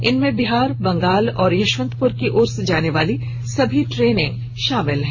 इनमें बिहार बंगाल और यशवंतपुर की ओर जाने वाली सभी ट्रेन शामिल हैं